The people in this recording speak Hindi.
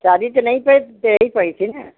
शादी तो नहीं थे देनी पड़ी थी ना